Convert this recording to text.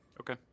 Okay